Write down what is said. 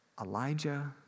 Elijah